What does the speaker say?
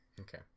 Okay